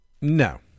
No